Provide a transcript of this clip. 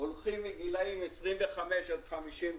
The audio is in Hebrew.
והולכים מגילים 25 עד 54,